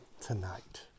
tonight